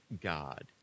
God